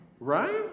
Right